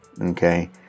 Okay